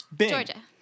Georgia